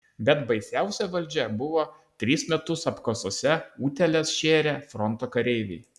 bet baisiausia valdžia buvo tris metus apkasuose utėles šėrę fronto kareiviai